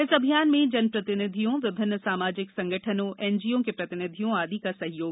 इस अभियान में जनप्रतिनिधियों विभिन्न सामाजिक संगठनों एनजीओ के प्रतिनिधियों आदि का सहयोग भी लिया जायेगा